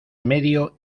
medio